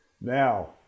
Now